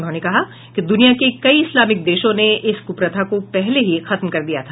उन्होंने कहा कि दुनिया के कई इस्लामिक देशों ने इस कुप्रथा को पहले ही खत्म कर दिया था